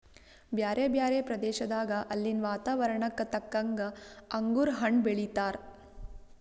ಬ್ಯಾರೆ ಬ್ಯಾರೆ ಪ್ರದೇಶದಾಗ ಅಲ್ಲಿನ್ ವಾತಾವರಣಕ್ಕ ತಕ್ಕಂಗ್ ಅಂಗುರ್ ಹಣ್ಣ್ ಬೆಳೀತಾರ್